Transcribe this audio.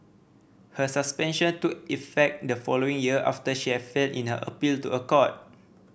her suspension took effect the following year after she had failed in her appeal to a court